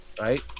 Right